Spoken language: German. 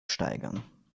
steigern